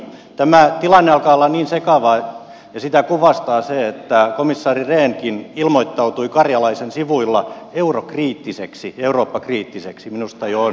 tämä tilanne alkaa olla sekava ja sitä kuvastaa se että komissaari rehnkin ilmoittautui karjalaisen sivuilla eurokriittiseksi eurooppa kriittiseksi minusta on jo aikoihin eletty